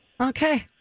Okay